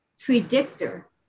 predictor